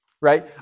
Right